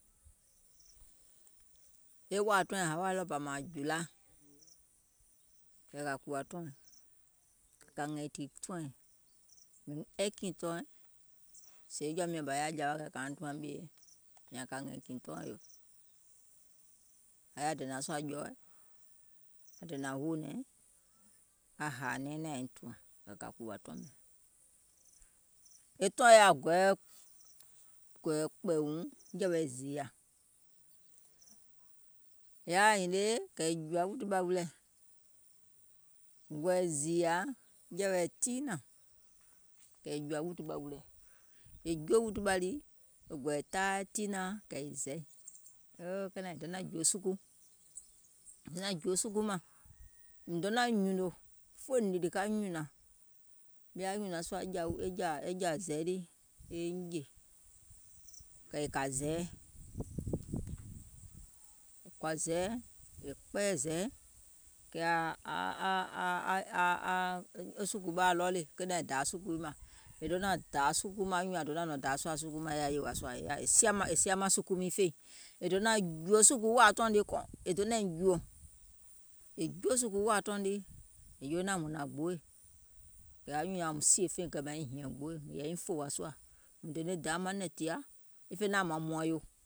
E wȧȧ tɔɔ̀ɛŋ hawȧ ɗɔɔbȧ mȧȧŋ july, kɛ̀ kȧ kùwȧ tɔùŋ, sèè jɔ̀ȧ miɔ̀ŋ bȧ yaȧ jawa kɛ̀ kȧuŋ tùàŋ mìè, ȧŋ yaȧ dènȧŋ sùȧ jɔɔɛ̀, aŋ dènȧŋ hoònɛ̀ŋ, aaŋ hȧȧ nɛɛnɛŋ aim tùȧŋ, kɛ̀ kȧ kùwȧ tɔùŋ mɛ̀, e tɔùɛŋ yaȧ gɔɛɛ kpɛ̀ɛ̀ùŋ jɛ̀wɛ̀ zììyȧ, è yaȧ hinie kɛ̀ è jùȧ wùtuɓȧ wilɛ̀, gɔ̀ɛ̀ɛ̀ zììyȧa jɛ̀wɛ̀ tiinȧŋ kɛ̀ è jùȧ wùtuɓȧ wilɛ̀, è juo wùtuɓȧ lii, gɔ̀ɛ̀ɛ̀ taai tiinȧaŋ kɛ̀ è zɛì, oo kenȧŋ è donȧŋ jùò sùkuù, donȧŋ jùò sùkuù maŋ, mìŋ donȧŋ nyùnò, fòìnìlì ka nyùnȧŋ, mìŋ yaȧ nyùnaŋ sùȧ e jȧ zɛ̀i lii eiŋ jè, kɛ̀ è kȧ zɛɛi, kɔ̀ȧ zɛɛi, è kpɛɛyɛ̀ zɛ̀ɛɛ̀, kɛ̀ wo sùkùɓaȧ ready, kenȧŋ è dȧȧ sùkuù maŋ, è donȧŋ dȧȧ sùkuù maŋ, anyùùŋ nyaŋ donȧŋ dȧà sùkùu maŋ è yaȧ yèwà sùȧ è sia sùkuù miiŋ feìŋ, è donȧŋ jùò sùkùù wȧȧ tɔùŋ nii, è donȧiŋ jùò, è juo sùkùù wàà tɔùŋ nii, mùŋ yeweo naȧŋ mùŋ hnȧŋ gbooè, kɛ̀ anyùùŋ nyaŋ ȧum sìè feìŋ, kɛ̀ anyùùŋ nyaŋ ȧum sìè feìŋ mȧŋ nyiŋ hìȧŋ gbooì mùŋ yȧ nyìŋ fòwȧ sùȧ, mùŋ dene daa manɛ̀ŋ tìa, e fè màŋ mùȧŋ yò